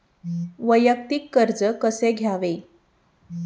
वैयक्तिक कर्ज कसे घ्यावे?